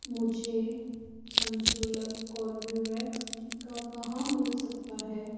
मुझे संशुल्क कोर्बेवैक्स टीका कहाँ मिल सकता है